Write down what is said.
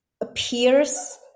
appears